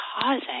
causing